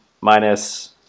minus